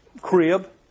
crib